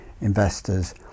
investors